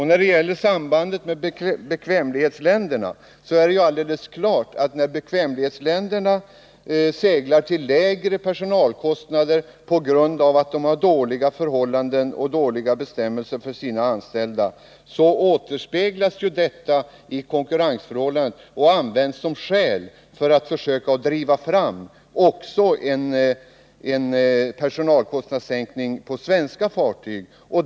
När det gäller sambandet med bekvämlighetsländerna är det helt klart att när bekvämlighetsländernas fartyg seglar till lägre personalkostnader på grund av dåliga förhållanden och dåliga bestämmelser för sina anställda återspeglas detta i konkurrensen och används som skäl för att försöka driva fram en personalkostnadssänkning på svenska fartyg.